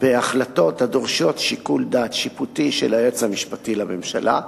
בהחלטות הדורשות שיקול דעת שיפוטי של היועץ המשפטי לממשלה,